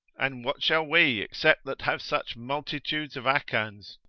and what shall we except that have such multitudes of achans,